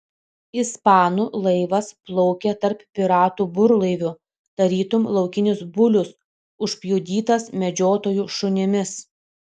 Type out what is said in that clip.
ispanų laivas plaukė tarp piratų burlaivių tarytum laukinis bulius užpjudytas medžiotojų šunimis